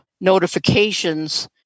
notifications